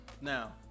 now